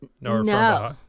No